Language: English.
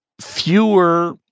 fewer